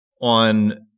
on